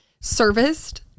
serviced